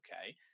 Okay